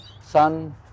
son